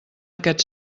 aquest